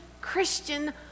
Christian